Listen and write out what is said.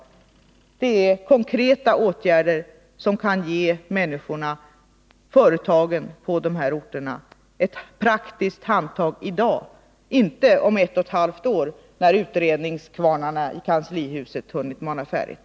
Vi föreslår konkreta åtgärder som kan ge människorna och företagen på de här orterna ett praktiskt handtag i dag — inte om ett och ett halvt år när utredningskvarnarna i kanslihuset hunnit mala färdigt.